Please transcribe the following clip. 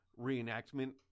reenactment